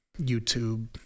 YouTube